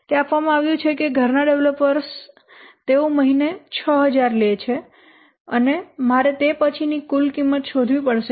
તે આપવામાં આવ્યું છે કે ઘરના ડેવલપર્સ તેઓ મહિને 6000 લે છે અને મારે તે પછીની કુલ કિંમત શોધવી પડશે